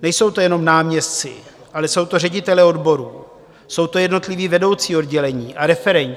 Nejsou to jenom náměstci, ale jsou to ředitelé odborů, jsou to jednotliví vedoucí oddělení a referenti.